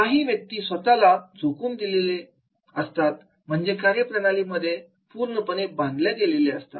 काही व्यक्ती स्वतःला झोकून दिलेल्या असतात म्हणजे कार्यप्रणालीमध्ये पूर्णपणे बांधल्या गेलेल्या असतात